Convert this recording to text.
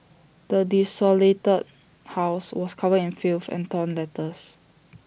the desolated house was covered in filth and torn letters